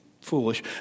foolish